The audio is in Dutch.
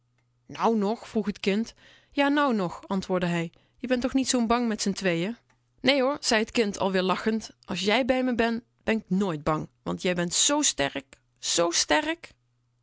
nou nog vroeg t kind ja nû nog antwoordde hij je ben toch niet bang met z'n tweeën nee hoor zei t kind alweer lachend als jij bij me ben ben k nooit bang want jij ben z sterk z sterk